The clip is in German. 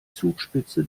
zugspitze